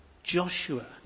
Joshua